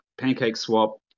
PancakeSwap